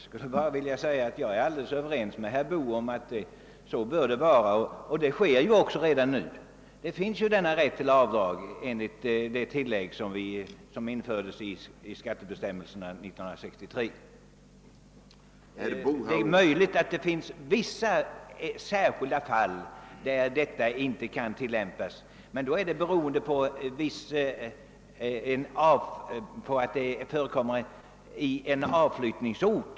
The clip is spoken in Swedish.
Herr talman! Jag är helt överens med herr Boo om att det bör finnas en sådan rätt till avdrag som han här talat om, men så är redan fallet. Denna rätt infördes i skattebestämmelserna enligt det tillägg som gjordes 1963. Det är möjligt att det i vissa fall kan bli svårigheter när det är fråga om en utpräglad avflyttningsort.